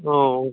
ও